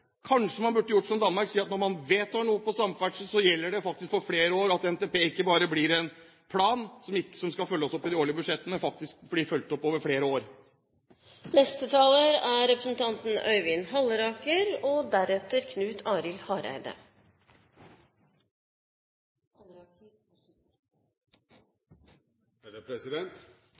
Kanskje man burde ha gjort som i Danmark, nemlig at når man vedtar noe innenfor samferdsel, så gjelder det faktisk for flere år, slik at NTP ikke bare blir en plan som skal følges opp i de årlige budsjettene, men faktisk blir fulgt opp over flere år. Jeg har innledningsvis lyst til å takke interpellanten for denne viktige interpellasjonen. Det er en viktig debatt, og